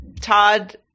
Todd